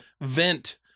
vent